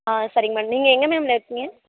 ஆ சரிங்க மேம் நீங்கள் எங்கே மேம்ல இருக்கீங்க